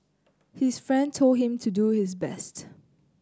his friend told him to do his best